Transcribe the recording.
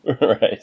Right